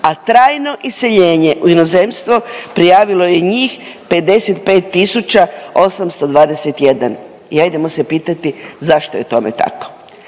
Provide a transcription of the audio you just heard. a trajno iseljenje u inozemstvo prijavilo je njih 55 tisuća 821 i adjemo se pitati zašto je tome tako.